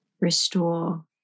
restore